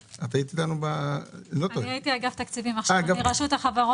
הייתי באגף התקציבים ועכשיו אני ברשות החברות.